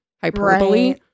hyperbole